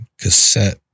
cassette